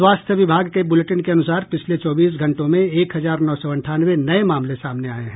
स्वास्थ्य विभाग के बुलेटिन के अनुसार पिछले चौबीस घंटों में एक हजार नौ सौ अंठानवे नये मामले सामने आये हैं